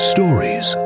Stories